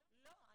לא, לא.